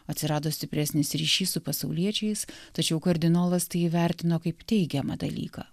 atsirado stipresnis ryšys su pasauliečiais tačiau kardinolas tai įvertino kaip teigiamą dalyką